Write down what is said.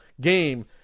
game